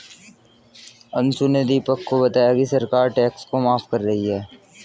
अंशु ने दीपक को बताया कि सरकार टैक्स को माफ कर रही है